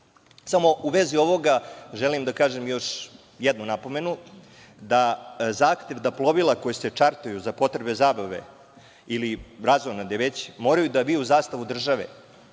u vezi ovoga želim da kažem još jednu napomenu da zahtev da plovila koja se čartuju za potrebe zabave ili razonode moraju da viju zastavu države,